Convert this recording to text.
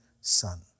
son